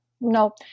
no